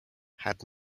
had